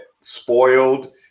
spoiled